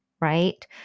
Right